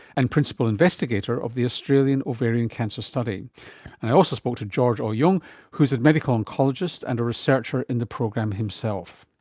and principal investigator of the australian ovarian cancer study. and i also spoke to george au-yeung who is a medical oncologist and a researcher in the program himself.